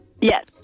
Yes